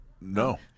No